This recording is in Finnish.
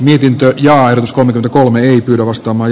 mietintö ja aidosti ohi kyllä vastaamaan